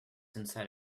inside